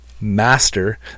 master